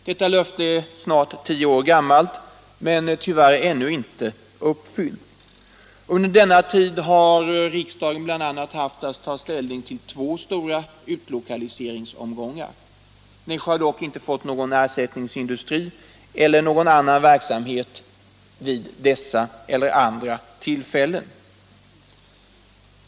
Detta löfte är snart tio år gammalt, men är tyvärr ännu inte uppfyllt. Under denna tid har riksdagen bl.a. haft att ta ställning till två stora lokaliseringsomgångar. Nässjö har dock inte fått någon ersättningsindustri eller annan verksamhet vid dessa eller andra tillfällen.